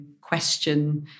question